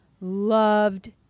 loved